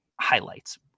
highlights